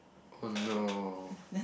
oh no